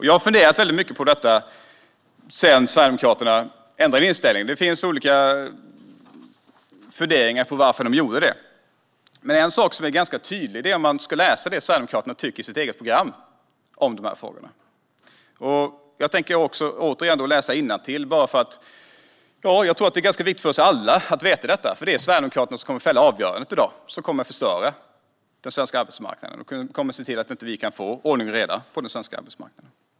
Jag har funderat väldigt mycket på detta sedan Sverigedemokraterna ändrade inställning. Det finns olika funderingar om varför de gjorde det, men en sak blir ganska tydlig om man läser det Sverigedemokraterna skriver i sitt eget program om dessa frågor. Jag tänker återigen läsa innantill, eftersom jag tror att det är viktigt för oss alla att veta detta. Det är nämligen Sverigedemokraterna som kommer att fälla avgörandet i dag, som kommer att förstöra den svenska arbetsmarknaden och som kommer att se till att vi inte kan få ordning och reda på den svenska arbetsmarknaden.